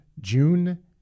June